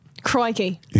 Crikey